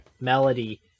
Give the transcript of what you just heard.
melody